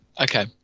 Okay